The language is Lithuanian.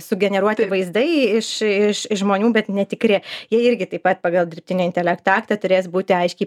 sugeneruoti vaizdai iš iš žmonių bet netikri jie irgi taip pat pagal dirbtinio intelekto aktą turės būti aiškiai